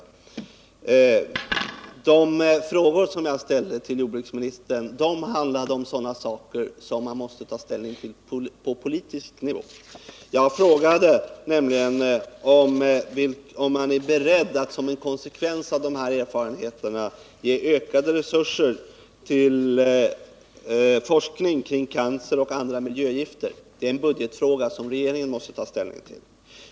Men de frågor som jag ställde till jordbruksministern handlade om sådana saker som man måste ta ställning till på politisk nivå. Jag frågade nämligen om man är beredd att som en konsekvens av dessa erfarenheter ge ökade resurser till forskning kring cancer och andra miljösjukdomar. Det är en budgetfråga som regeringen måste ta ställning till.